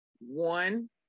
one